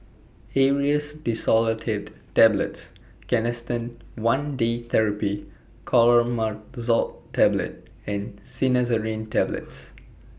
Aerius DesloratadineTablets Canesten one Day Therapy Clotrimazole Tablet and Cinnarizine Tablets